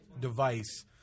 device